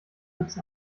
linux